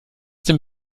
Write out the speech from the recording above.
dem